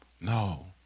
no